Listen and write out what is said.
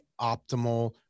optimal